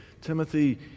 Timothy